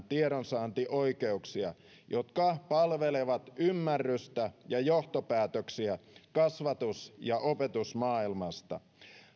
tiedonsaantioikeuksia jotka palvelevat ymmärrystä ja johtopäätöksiä kasvatus ja opetusmaailmasta